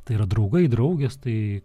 tai yra draugai draugės tai